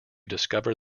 discover